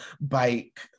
bike